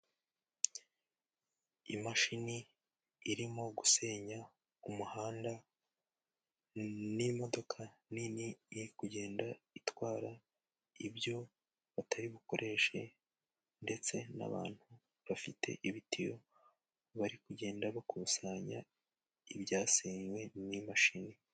Imashini irimo gusenya umuhanda n'modoka nini iri kugenda itwara ibyo batari bukoreshe, ndetse n'abantu bafite ibitiyo, bari kugenda bakusanya ibyaseywe n'imashini.